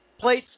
place